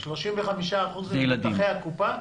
ממבוטחי הקופה,